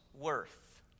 worth